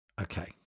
Okay